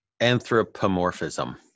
anthropomorphism